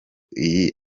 iyi